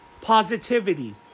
positivity